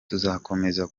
tuzakomeza